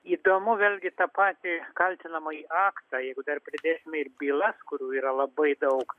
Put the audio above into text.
įdomu vėlgi tą patį kaltinamąjį aktą jeigu dar pridėsime ir bylas kurių yra labai daug